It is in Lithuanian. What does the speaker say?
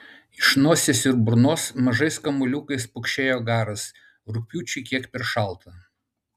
iš nosies ir burnos mažais kamuoliukais pukšėjo garas rugpjūčiui kiek per šalta